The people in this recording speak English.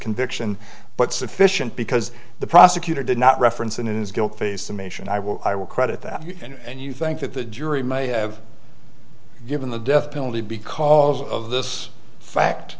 conviction but sufficient because the prosecutor did not reference in his guilt phase summation i will i will credit that and you think that the jury may have given the death penalty because of this fact